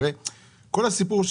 העניין הוא,